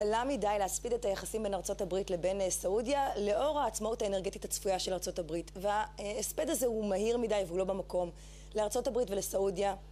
למי די להספיד את היחסים בין ארצות הברית לבין סעודיה לאור העצמאות האנרגטית הצפויה של ארצות הברית וההספד הזה הוא מהיר מדי ולא במקום לארצות הברית ולסעודיה